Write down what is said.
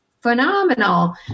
phenomenal